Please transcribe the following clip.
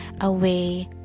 away